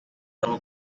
cuatro